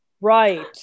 Right